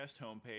homepage